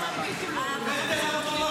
אנחנו לא ניתן לכם.